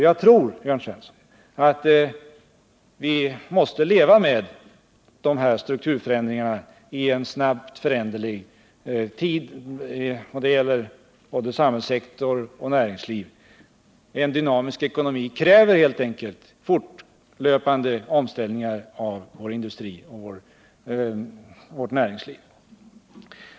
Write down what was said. Jag tror nämligen, Jörn Svensson, att vi måste leva med de här strukturförändringarna i en snabbt föränderlig tid. Det gäller både samhällssektorn och näringslivet. En dynamisk ekonomi kräver helt enkelt fortlöpande omställningar av både industri och näringsliv.